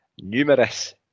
numerous